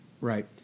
right